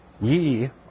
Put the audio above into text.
ye